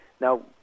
Now